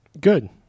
Good